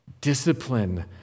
discipline